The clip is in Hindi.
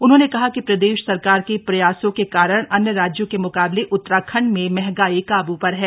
उन्होंने कहा कि प्रदेश सरकार के प्रयासों के कारण अन्य राज्यों के म्काबले उत्तराखंड में महंगाई काबू पर है